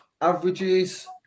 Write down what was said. averages